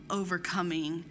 overcoming